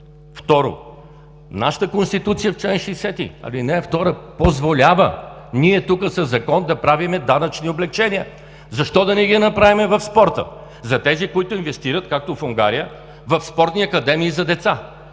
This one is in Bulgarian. Второ, нашата Конституция, чл. 60, ал. 2 позволява ние тук със закон да правим данъчни облекчения. Защо да не ги направим в спорта за тези, които инвестират, както в Унгария, в спортни академии за деца?